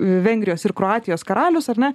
vengrijos ir kroatijos karalius ar ne